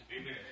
Amen